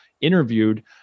interviewed